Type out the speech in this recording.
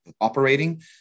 operating